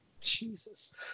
Jesus